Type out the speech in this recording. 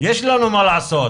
יש לנו מה לעשות.